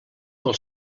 del